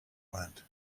went